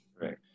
Right